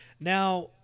Now